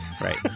Right